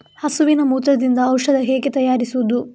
ಹಸುವಿನ ಮೂತ್ರದಿಂದ ಔಷಧ ಹೇಗೆ ತಯಾರಿಸುವುದು?